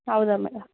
ಹೌದಾ ಮೇಡಮ್